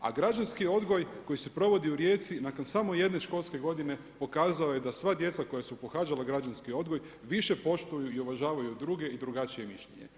A građanski odgoj koji se provodi u Rijeci nakon samo jedne školske godine pokazao je da sva djeca koja su pohađala građanski odgoj više poštuju i uvažavaju druge i drugačije mišljenje.